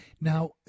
now